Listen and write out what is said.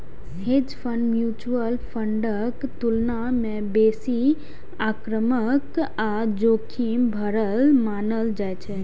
hedge fund mutual फंडक तुलना मे बेसी आक्रामक आ जोखिम भरल मानल जाइ छै